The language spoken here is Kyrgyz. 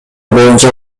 боюнча